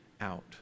out